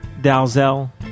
Dalzell